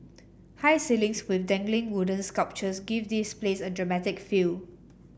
high ceilings with dangling wooden sculptures give this place a dramatic feel